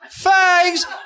fags